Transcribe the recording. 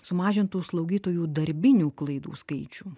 sumažintų slaugytojų darbinių klaidų skaičių